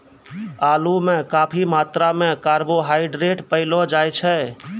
आलू म काफी मात्रा म कार्बोहाइड्रेट पयलो जाय छै